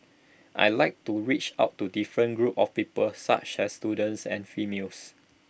I'd like to reach out to different groups of people such as students and females